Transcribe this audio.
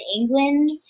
England